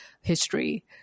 history